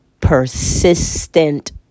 persistent